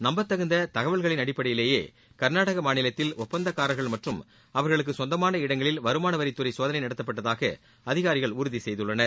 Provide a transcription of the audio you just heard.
நம்பத் தகுந்த தகவல்களின் அடிப்படையிலேயே கர்நாடக மாநிலத்தில் ஒப்பந்ததார்கள் மற்றும் அவர்களுக்கு கொந்தமான இடங்களில் வருமான வரித்துறை சோதனை நடத்தப்பட்டதாக அதிகாரிகள் உறுதி செய்துள்ளனர்